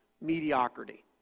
mediocrity